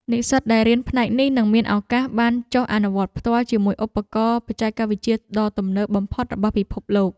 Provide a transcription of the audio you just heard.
និស្សិតដែលរៀនផ្នែកនេះនឹងមានឱកាសបានចុះអនុវត្តផ្ទាល់ជាមួយឧបករណ៍បច្ចេកវិទ្យាដ៏ទំនើបបំផុតរបស់ពិភពលោក។